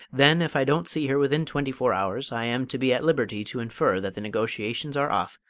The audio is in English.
then, if i don't see her within twenty-four hours, i am to be at liberty to infer that the negotiations are off,